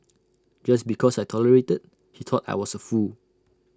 just because I tolerated he thought I was A fool